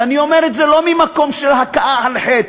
ואני אומר את זה לא ממקום של הכאה על חטא,